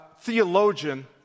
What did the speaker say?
Theologian